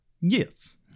Yes